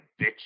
bitch